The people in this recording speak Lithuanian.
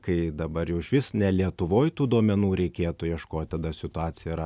kai dabar jau išvis ne lietuvoj tų duomenų reikėtų ieškot tada situacija yra